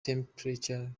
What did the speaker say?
temperate